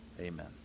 Amen